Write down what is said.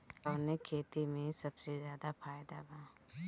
कवने खेती में सबसे ज्यादा फायदा बा?